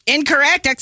Incorrect